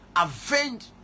avenge